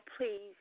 please